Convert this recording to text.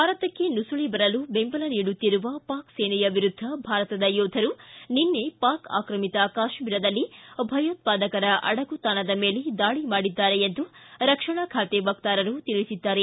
ಭಾರತಕ್ಕೆ ನುಸುಳಿ ಬರಲು ಬೆಂಬಲ ನೀಡುತ್ತಿರುವ ಪಾಕ್ಸೇನೆಯ ವಿರುದ್ದ ಭಾರತದ ಯೋಧರು ನಿನ್ನೆ ಪಾಕ್ ಆಕ್ರಮಿತ ಕಾಶ್ನೀರದಲ್ಲಿ ಭಯೋತ್ಪಾದಕರ ಅಡಗುತಾಣದ ಮೇಲೆ ದಾಳಿ ಮಾಡಿದ್ದಾರೆ ಎಂದು ರಕ್ಷಣಾ ಖಾತೆ ವಕ್ತಾರರು ತಿಳಿಸಿದ್ದಾರೆ